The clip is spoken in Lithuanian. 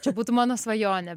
čia būtų mano svajonė